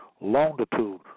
longitude